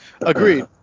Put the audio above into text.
agreed